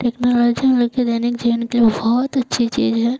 technology हम लोग के दैनिक जीवन के बहुत अच्छी चीज़ है